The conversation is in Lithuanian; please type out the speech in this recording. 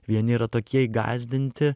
vieni yra tokie įgąsdinti